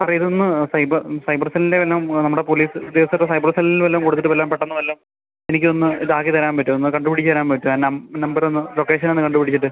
സാറേ ഇതൊന്ന് cyber cyber സെല്ലിലെ വല്ലോം നമ്മുടെ പോലീസ് ഉദ്യോഗസ്ഥർ സൈബർ സെല്ലിൽ വല്ലോം കൊടുത്തിട്ട് വല്ലോം പെട്ടന്ന് വല്ലോം എനിക്കൊന്ന് ഇതാക്കി തരാൻ പറ്റുമോ ഒന്ന് കണ്ടു പിടിച്ച് തരാൻ പറ്റുമോ നമ്പറൊന്ന് ലൊക്കേഷനൊന്ന് കണ്ടു പിടിച്ചിട്ട്